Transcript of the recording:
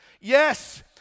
Yes